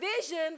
vision